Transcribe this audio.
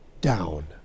down